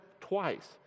twice